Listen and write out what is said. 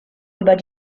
über